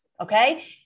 Okay